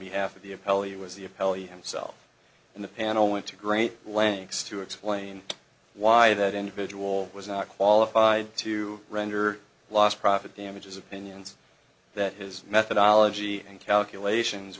himself and the panel went to great lengths to explain why that individual was not qualified to render lost profit damages opinions that his methodology and calculations